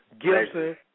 Gibson